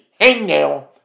hangnail